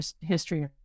history